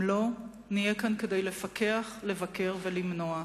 אם לא, נהיה כאן כדי לפקח, לבקר ולמנוע.